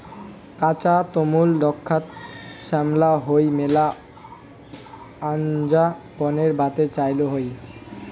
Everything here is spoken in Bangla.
কাঁচা তলমু দ্যাখ্যাত শ্যামলা হই মেলা আনজা বানের বাদে চইল হই